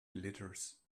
glitters